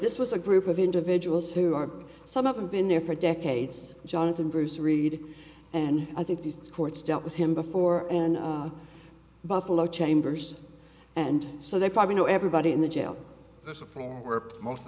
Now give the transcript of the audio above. this was a group of individuals who are some of them been there for decades jonathan bruce reed and i think these courts dealt with him before and buffalo chambers and so they probably know everybody in the jail that's a fair were most